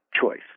choice